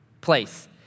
place